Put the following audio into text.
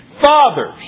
Fathers